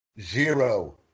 Zero